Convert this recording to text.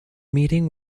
meeting